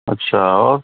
اچھا اور